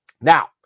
Now